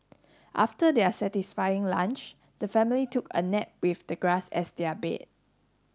after their satisfying lunch the family took a nap with the grass as their bed